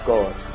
God